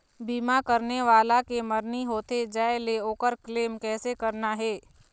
बीमा करने वाला के मरनी होथे जाय ले, ओकर क्लेम कैसे करना हे?